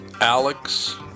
Alex